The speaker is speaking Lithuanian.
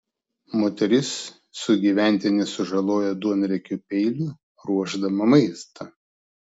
moteris sugyventinį sužalojo duonriekiu peiliu ruošdama maistą